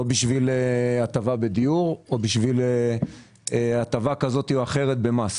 לא בשביל ההטבה לדיור או בשביל הטבה כזאת או אחרת במס